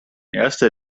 erster